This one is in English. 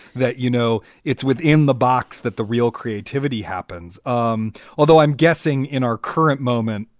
that, you know, it's within the box, that the real creativity happens. um although i'm guessing in our current moment,